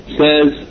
says